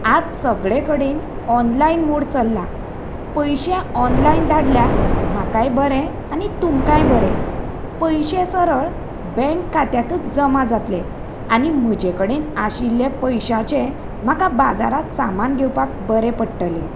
आज सगळे कडेन ऑनलायन मोड चल्ला पयशे ऑनलायन धाडल्यार म्हाकाय बरें आनी तुमकाय बरें पयशे सरळ बँक खात्यांतच जमा जातले आनी म्हजे कडेन आशिल्ले पयशांचे म्हाका बाजारांत सामान घेवपाक बरें पडटलें